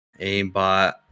aimbot